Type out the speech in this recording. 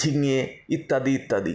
ঝিঙে ইত্যাদি ইত্যাদি